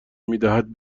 میدهد